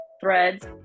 threads